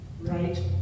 right